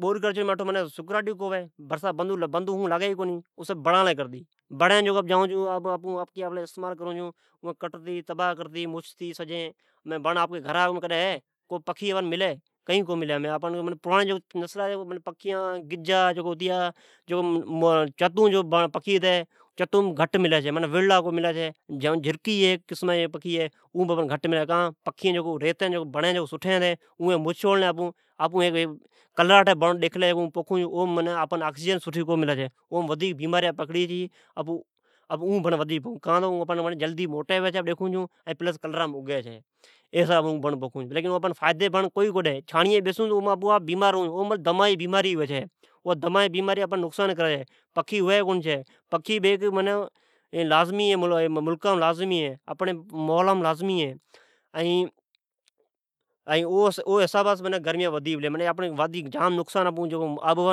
بوڈ پلڑی تو سکراٹی ھوی کونی۔ اھا سب بنڑ لی کرتی بنڑا سب مچھتی تبھا کرتی ھمین کو بنڑ گھرا آھمی ھی، کو پکھی ھی، ھمئن کو پکھی ھی اوی پرانڑی نسلا جی پکھی ھمین ریلی ھے اوا گجا اوی طوطے ھمین ریلی ہے۔ چتون کو وڑلا ریلا ہے۔ جھرکی ھیکے قسمان جی پکھی ھتی اون ھمی گھٹ ملے چھئ۔ کان تو پکھی جکو سٹھی بنڑی ھی کونی ھمین آپون ھیک کرلاٹھے بنڑ ڈیکھلے ھی ۔کا تہ اون بنڑ جلدی موٹے ھئی چھے۔ اوم آپان فائیدی کو کونی ھی اوم بیماریا بہ ودیک ھئے چھے۔ بس اہن کلرہ مین اگی چھی جڈ آپو او نیچے بیسو تو کو فائدی کونے الٹے آپان بیمار کرے۔ اوم دم اے جی بیماری ھوی چھے این او پر پکھی بی کو نیسی کا تو پکھی نی ضروری ھے اے ملکا لے ۔ایس اپان نقصان